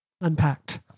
Unpacked